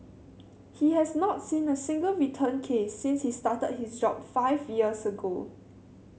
he has not seen a single return case since he started his job five years ago